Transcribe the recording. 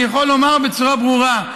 אני יכול לומר בצורה ברורה: